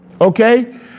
okay